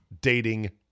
dating